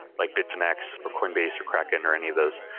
like bitfenix or coinbase or kraken or any of those.